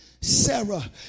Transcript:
Sarah